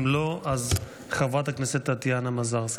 אם לא, אז חברת הכנסת טטיאנה מזרסקי.